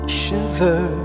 shiver